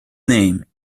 name